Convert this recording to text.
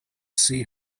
see